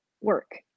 work